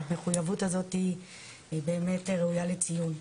והמחויבות הזאת באמת ראויה לציון.